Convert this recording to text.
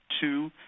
two